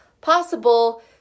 possible